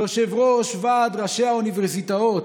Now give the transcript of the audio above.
יושב-ראש ועד ראשי האוניברסיטאות,